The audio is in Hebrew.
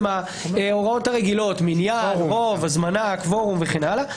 אלא אם כן כולם מסכימים.